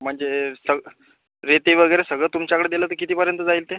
म्हणजे सग् रेती वगैरे सगळं तुमच्याकडे दिलं तर कितीपर्यंत जाईल ते